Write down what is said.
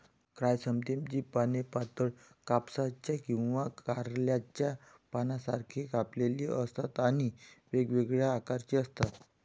क्रायसॅन्थेममची पाने पातळ, कापसाच्या किंवा कारल्याच्या पानांसारखी कापलेली असतात आणि वेगवेगळ्या आकाराची असतात